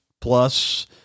plus